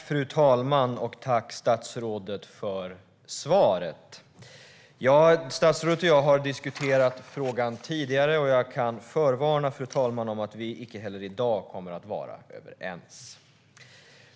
Fru talman! Jag tackar statsrådet för svaret. Statsrådet och jag har diskuterat frågan tidigare, och jag kan förvarna, fru talman, om att vi icke heller i dag kommer att vara överens.